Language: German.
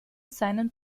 seinen